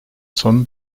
sonu